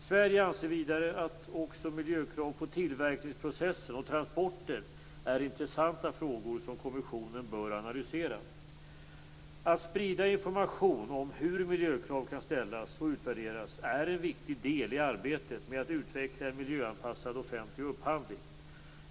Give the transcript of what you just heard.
Sverige anser vidare att också miljökrav på tillverkningsprocessen och transporter är intressanta frågor som kommissionen bör analysera. Att sprida information om hur miljökrav kan ställas och utvärderas är en viktig del i arbetet med att utveckla en miljöanpassad offentlig upphandling.